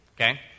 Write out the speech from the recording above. okay